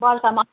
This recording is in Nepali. बर्खामा